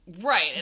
Right